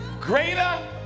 greater